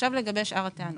עכשיו לגבי שאר הטענות.